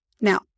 Now